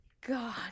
god